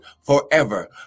forever